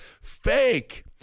fake